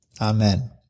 Amen